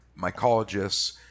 mycologists